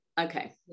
okay